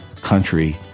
country